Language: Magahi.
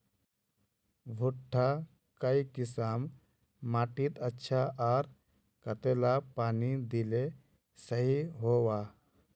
भुट्टा काई किसम माटित अच्छा, आर कतेला पानी दिले सही होवा?